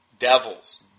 devils